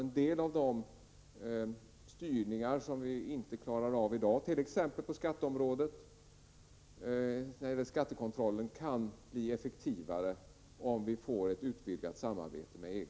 En del av de styrningar som vi inte klarar av i dag, t.ex. skattekontrollen, kan bli effektivare om vi får ett utvidgat samarbete med EG.